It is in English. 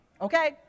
okay